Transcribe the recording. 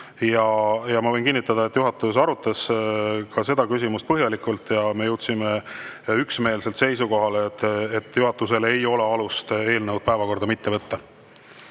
Ja ma võin kinnitada, et juhatus arutas seda küsimust põhjalikult ja me jõudsime üksmeelsele seisukohale, et juhatusel ei ole alust eelnõu päevakorda mitte